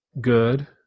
good